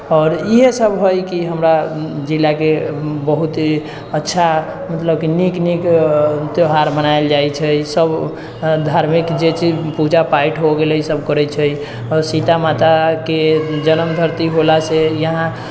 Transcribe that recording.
आओर इहे सब है कि हमरा जिला के बहुत अच्छा मतलब की नीक नीक त्यौहार मनायल जाय छै सब धार्मिक जे चीज पूजा पाठ हो गेलै ईसब करै छै आओर सीता माता के जनम धरती होला से यहाँ